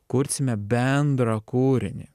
kursime bendrą kūrinį